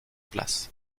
place